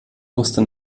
wusste